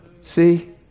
See